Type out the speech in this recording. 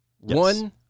One